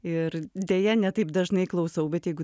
ir deja ne taip dažnai klausau bet jeigu